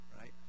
right